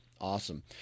Awesome